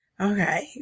Okay